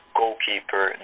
goalkeeper